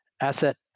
asset